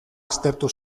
aztertu